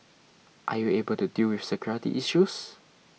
are you able to deal with security issues